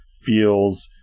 feels